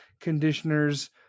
conditioners